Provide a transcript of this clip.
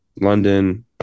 London